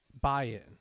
buy-in